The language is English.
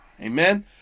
Amen